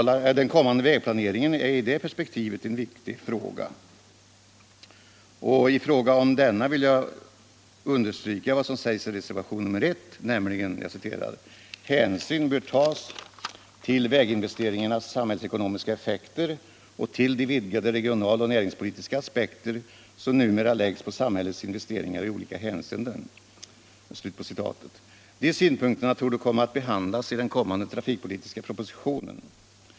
Den kommande vägplaneringen är i det perspektivet en viktig fråga. Jag vill understryka vad som sägs i reservationen 1, nämligen att hänsyn bör tas till ”väginvesteringarnas samhällsekonomiska effekter och till de vidgade regionaloch näringspolitiska aspekter som numera läggs på samhällets investeringar i olika hänseenden”. De synpunkterna torde komma att behandlas i den kommande trafikpolitiska propositionen.